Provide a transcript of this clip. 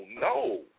no